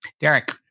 Derek